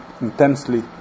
intensely